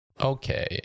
Okay